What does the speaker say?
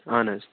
اَہَن حظ